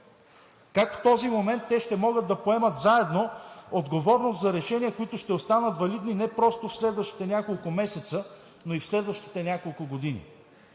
Как в този момент те ще могат да поемат заедно отговорност за решения, които ще останат валидни не просто в следващите няколко месеца, но и в следващите няколко години?!